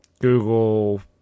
Google